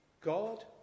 God